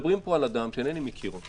מדברים פה על אדם שאינני מכיר אותו